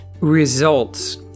results